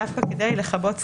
דווקא כדי לכבות שריפות,